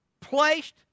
placed